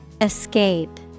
Escape